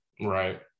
Right